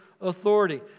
authority